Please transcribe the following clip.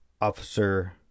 Officer